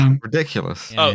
Ridiculous